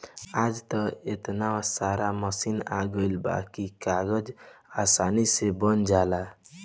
आज त एतना सारा मशीन आ गइल बा की कागज आसानी से बन जाला